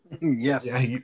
Yes